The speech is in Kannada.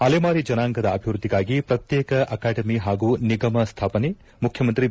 ಅಲೆಮಾರಿ ಜನಾಂಗದ ಅಭಿವೃದ್ಧಿಗಾಗಿ ಪ್ರತ್ನೇಕ ಆಕಾಡೆಮಿ ಹಾಗೂ ನಿಗಮ ಸ್ವಾಪನೆ ಮುಖ್ಯಮಂತ್ರಿ ಬಿ